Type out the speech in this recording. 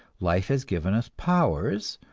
life has given us powers,